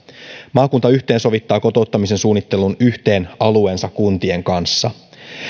maakunta yhteensovittaa kotouttamisen suunnittelun yhteen alueensa kuntien kanssa